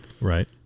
Right